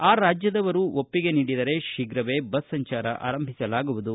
ಆ ರಾಜ್ಯದವರು ಒಪ್ಪಿಗೆ ನೀಡಿದರೆ ಶೀಘವೇ ಬಸ್ ಸಂಚಾರ ಆರಂಭಿಸಲಾಗುವುದು ಎಂದರು